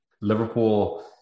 Liverpool